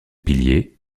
piliers